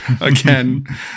again